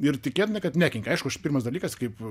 ir tikėtina kad nekenkia aišku aš pirmas dalykas kaip